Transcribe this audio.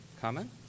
comment